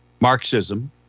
Marxism